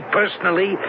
personally